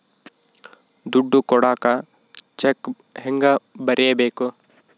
ದುಡ್ಡು ಕೊಡಾಕ ಚೆಕ್ ಹೆಂಗ ಬರೇಬೇಕು?